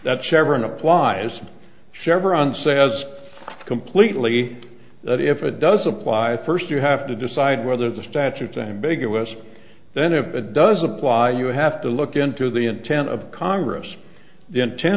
chevron applies chevron say has completely that if it does apply first you have to decide whether the statutes ambiguous then if it does apply you have to look into the intent of congress the inten